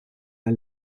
der